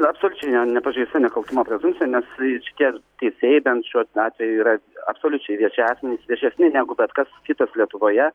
absoliučiai ne nepažeista nekaltumo prezumpcija nes šitie teisėjai bent šiuo atveju yra absoliučiai vieši asmenys viešesni negu bet kas kitas lietuvoje